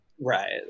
right